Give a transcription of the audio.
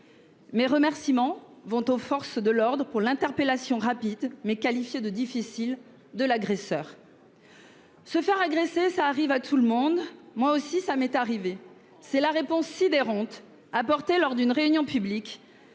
Mes remerciements vont aux forces de l'ordre pour l'interpellation rapide, mais qualifiée de difficile, de l'agresseur. « Se faire agresser, ça arrive à tout le monde ; moi aussi, cela m'est arrivé. » Telle est la réponse sidérante apportée lors d'une réunion publique